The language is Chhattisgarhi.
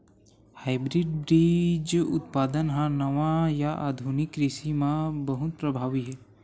हाइब्रिड बीज उत्पादन हा नवा या आधुनिक कृषि मा बहुत प्रभावी हे